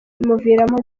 bimuviramo